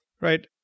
Right